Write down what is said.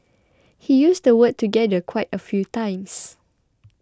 he used the word 'together' quite a few times